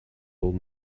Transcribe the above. old